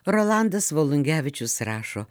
rolandas volungevičius rašo